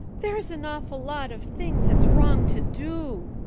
there's an awful lot of things it's wrong to do,